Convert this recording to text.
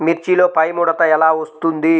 మిర్చిలో పైముడత ఎలా వస్తుంది?